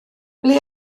ble